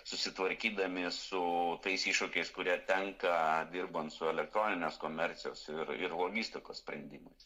susitvarkydami su tais iššūkiais kurie tenka dirbant su elektroninės komercijos ir ir logistikos sprendimais